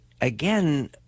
again